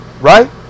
right